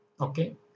okay